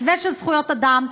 מסווה של זכויות אדם,